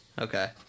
okay